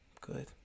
Good